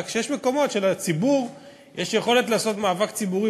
רק שיש מקומות שלציבור יש יכולת לעשות מאבק ציבורי